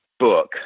book